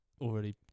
already